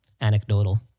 anecdotal